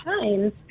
times